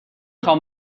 خوام